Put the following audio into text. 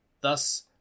Thus